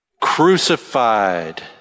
crucified